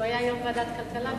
הוא היה יושב-ראש ועדת הכלכלה בזמנו,